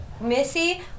Missy